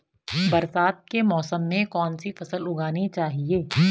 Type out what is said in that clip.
बरसात के मौसम में कौन सी फसल उगानी चाहिए?